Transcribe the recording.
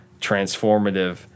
transformative